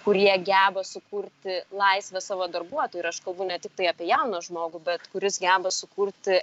kurie geba sukurti laisvę savo darbuotojų ir aš kalbu ne tiktai apie jauną žmogų bet kuris geba sukurti